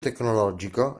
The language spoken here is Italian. tecnologico